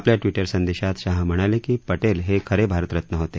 आपल्या ट्विटर संदेशात शाह म्हणाले की पटेल हे खरे भारतरत्नं होते